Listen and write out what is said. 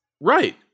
Right